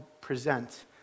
present